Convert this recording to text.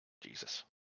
Jesus